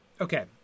okay